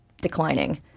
declining